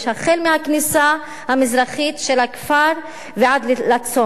מהכניסה המזרחית של הכפר ועד לצומת.